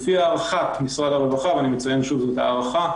לפי הערכת משרד הרווחה ואני מציין שוב שזו הערכה,